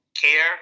care